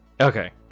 Okay